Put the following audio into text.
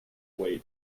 way